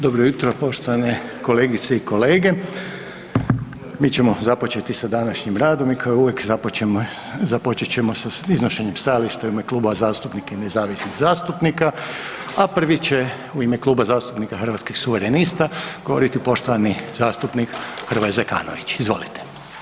Dobro jutro poštovane kolegice i kolege, mi ćemo započeti s današnjim radom i kao i uvijek, započet ćemo sa iznošenjem stajališta u ime kluba zastupnika i nezavisnih zastupnika, a prvi će u ime Kluba zastupnika Hrvatskih suverenista govoriti poštovani zastupnik Hrvoje Zekanović, izvolite.